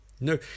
No